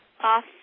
off